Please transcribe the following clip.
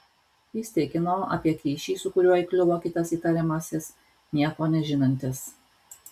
jis tikino apie kyšį su kuriuo įkliuvo kitas įtariamasis nieko nežinantis